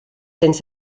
cents